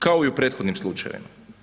Kao i u prethodnim slučajevima.